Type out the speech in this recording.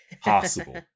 possible